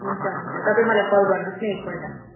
हुन्छ हुन्छ तपाईँ मलाई कल गर्नु होस् न एक पल्ट